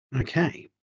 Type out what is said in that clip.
Okay